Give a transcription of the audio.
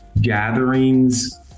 gatherings